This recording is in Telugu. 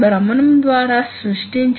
కాబట్టి ఇది 5 fpm మాత్రమే అవుతుంది